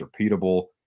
repeatable